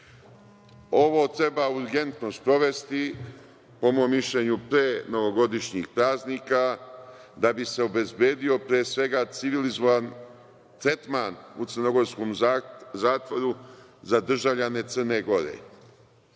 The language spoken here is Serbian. treba urgentno sprovesti, po mom mišljenju pre novogodišnjih praznika, da bi se obezbedio pre svega civilizovan tretman u crnogorskom zatvoru za državljane Srbije.